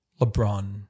LeBron